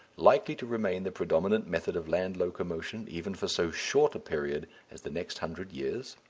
likely to remain the predominant method of land locomotion even for so short a period as the next hundred years?